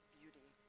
beauty